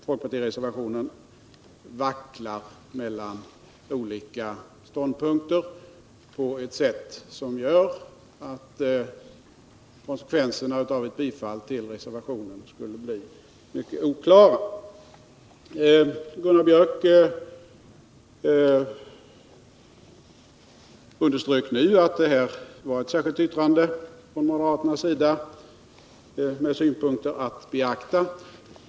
Folkpartireservationen vacklar mellan olika ståndpunkter på ett sätt som gör att konsekvenserna av ett bifall till reservationen skulle bli mycket oklara. Gunnar Biörck i Värmdö underströk i sin replik att moderaternas särskilda Nr 121 yttrande innehöll synpunkter att beakta.